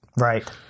right